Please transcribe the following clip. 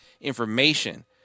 information